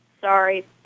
sorry